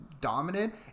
dominant